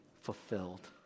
fulfilled